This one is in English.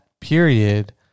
period